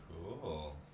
cool